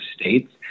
states